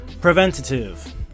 Preventative